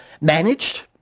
Managed